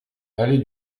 allée